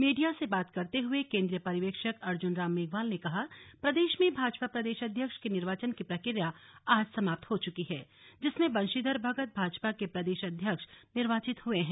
media से बात करते हुए केंद्रीय पर्यवेक्षक अर्जुन राम मेघवाल ने कहा प्रदेश में भाजपा प्रदेश अध्यक्ष के निर्वाचन की प्रक्रिया आज समाप्त हो चुकी है जिसमे बंशीधर भगत भाजपा के प्रदेश अध्यक्ष निर्वाचित हुए हैं